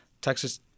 Texas